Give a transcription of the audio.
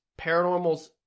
Paranormals